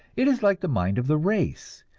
it is like the mind of the race,